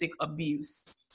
abuse